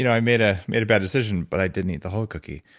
you know i made ah made a bad decision, but i didn't eat the whole cookie.